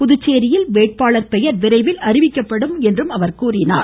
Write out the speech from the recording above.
புதுச்சேரியில் வேட்பாளர் பெயர் விரைவில் அறிவிக்கப்படும் என்றும் அவர் கூறினார்